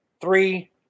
three